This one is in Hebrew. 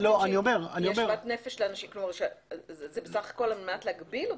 זה בסך הכול כדי להגביל אותה.